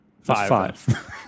Five